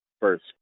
first